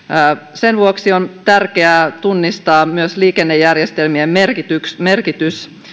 sen vuoksi on tärkeää tunnistaa myös liikennejärjestelmien merkitys merkitys